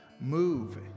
move